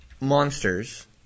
monsters